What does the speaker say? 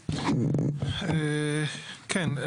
כן,